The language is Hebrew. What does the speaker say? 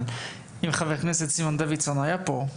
אם חבר הכנסת סימון דוידסון היה פה,